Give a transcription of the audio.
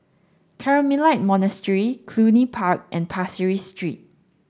Carmelite Monastery Cluny Park and Pasir Ris Street